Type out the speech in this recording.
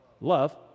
love